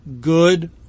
good